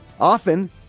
Often